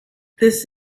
this